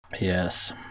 Yes